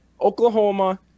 Oklahoma